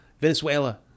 Venezuela